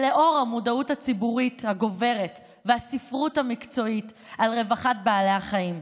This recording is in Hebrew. לאור המודעות הציבורית הגוברת והספרות המקצועית על רווחת בעלי חיים.